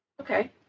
Okay